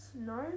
no